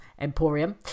emporium